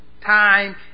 Time